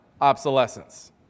obsolescence